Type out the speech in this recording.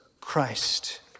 Christ